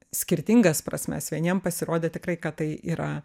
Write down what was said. skirtingas prasmes vieniem pasirodė tikrai kad tai yra